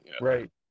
Right